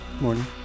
Morning